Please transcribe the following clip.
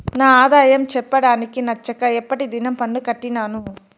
నా ఆదాయం చెప్పడానికి నచ్చక ఎప్పటి దినం పన్ను కట్టినాను